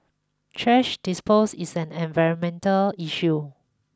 trash disposal is an environmental issue